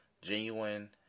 genuine